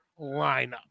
lineup